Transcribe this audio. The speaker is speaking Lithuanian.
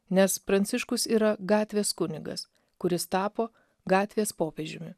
nes pranciškus yra gatvės kunigas kuris tapo gatvės popiežiumi